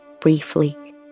briefly